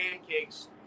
pancakes